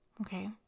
Okay